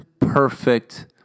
perfect